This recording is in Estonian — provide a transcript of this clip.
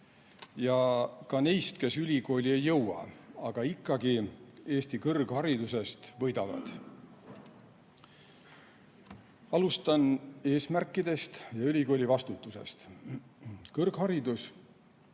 ja ka neist, kes ülikooli ei jõua, aga ikkagi Eesti kõrgharidusest võidavad. Alustan eesmärkidest ja ülikooli vastutusest. Kõrgharidus